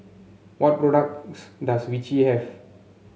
what products does Vichy have